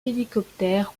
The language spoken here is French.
hélicoptères